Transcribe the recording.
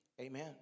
Amen